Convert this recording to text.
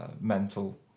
mental